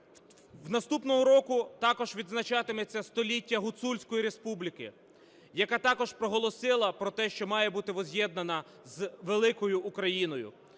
Наступного року також відзначатиметься 100-ліття Гуцульської Республіки, яка також проголосила про те, що має бути возз'єднана з великою Україною.